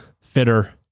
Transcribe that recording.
fitter